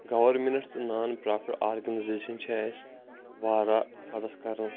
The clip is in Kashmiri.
گَوَرمِنَٹھ تہٕ نان پرٛافِٹ آرگٕنایزیشَن چھِ اسہِ واریاہ مدَد کَران